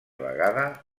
vegada